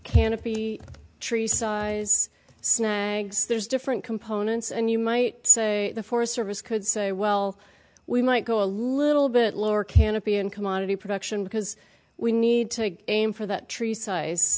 canopy trees size snags there's different components and you might say the forest service could say well we might go a little bit lower canopy in commodity production because we need to aim for that tree size